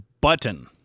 Button